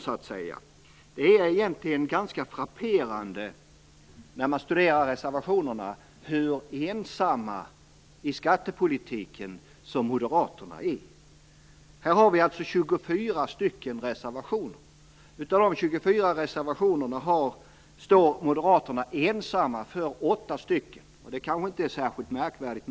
När man studerar reservationerna är det ganska frapperande hur ensamma Moderaterna är i skattepolitiken. Här har vi 24 reservationer. Av dessa 24 reservationer står Moderaterna ensamma för åtta Det kanske inte är särskilt märkligt.